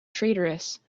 traitorous